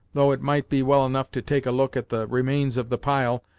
though it might be well enough to take a look at the remains of the pile,